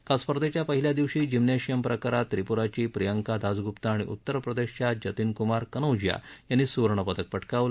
काल स्पर्धेच्या पहिल्या दिवशी जिम्नॅशियम प्रकारात त्रिपुराची प्रियांका दासगुप्ता आणि उत्तर प्रदेशच्या जतिनकुमार कनौजिया यांनी सुवर्णपदक पटकावलं